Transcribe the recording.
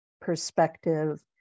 perspective